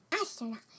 astronaut